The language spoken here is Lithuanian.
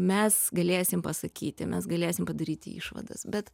mes galėsim pasakyti mes galėsim padaryti išvadas bet